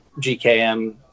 gkm